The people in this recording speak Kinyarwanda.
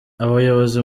abayobozi